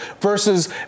versus